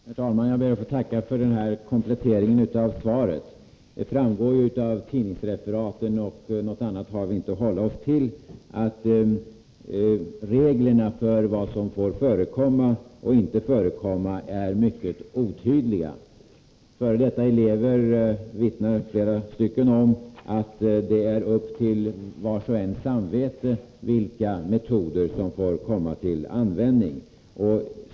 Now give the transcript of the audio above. Herr talman! Jag ber att få tacka för denna komplettering av svaret. Det framgår ju av tidningsreferaten — och något annat har vi inte att hålla oss till — att reglerna för vad som får förekomma och inte får förekomma är mycket otydliga. Flera f. d. elever vittnar om att det är vars och ens samvete som avgör vilka metoder som får komma till användning.